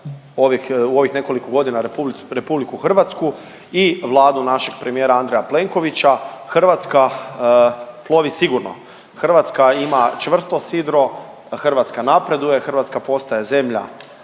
u ovih nekoliko godina RH i Vladu našeg premijera Andreja Plenkovića Hrvatska plovi sigurno, Hrvatska ima čvrsto sidro, Hrvatska napreduje, Hrvatska postaje zemlja